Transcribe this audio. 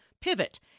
pivot